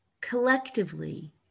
collectively